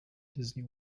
disney